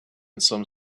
some